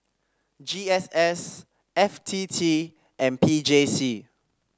G S S F T T and P J C